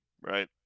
right